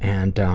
and